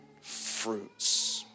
fruits